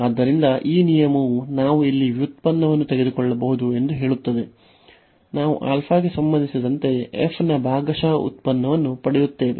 ಆದ್ದರಿಂದ ಈ ನಿಯಮವು ನಾವು ಇಲ್ಲಿ ವ್ಯುತ್ಪನ್ನವನ್ನು ತೆಗೆದುಕೊಳ್ಳಬಹುದು ಎಂದು ಹೇಳುತ್ತದೆ ನಾವು ಗೆ ಸಂಬಂಧಿಸಿದಂತೆ f ನ ಭಾಗಶಃ ಉತ್ಪನ್ನವನ್ನು ಪಡೆಯುತ್ತೇವೆ